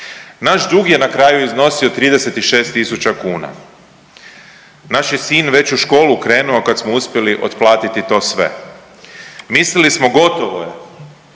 Naš dug je na kraju iznosio 36 tisuća kuna, naš je sin već u školu krenuo kad smo uspjeli otplatiti to sve, mislili smo gotovo je,